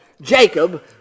Jacob